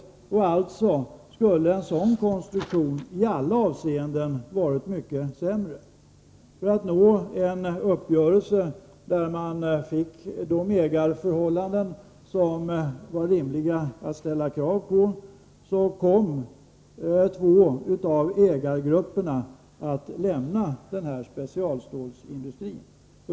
En sådan konstruktion skulle alltså i alla avseenden ha varit mycket sämre. För att nå en uppgörelse där man fick de ägarförhål landen som det var rimligt att ställa krav på kom två av ägargrupperna att lämna den här specialstålsindustrin.